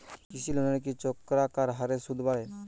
কৃষি লোনের কি চক্রাকার হারে সুদ বাড়ে?